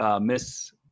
miss